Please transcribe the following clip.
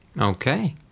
Okay